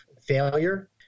failure